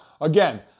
again